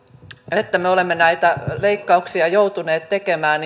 että me olemme näitä leikkauksia joutuneet tekemään